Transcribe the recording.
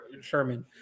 Sherman